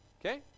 Okay